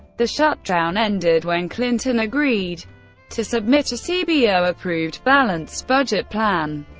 the shutdown ended when clinton agreed to submit a cbo-approved balanced budget plan.